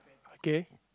okay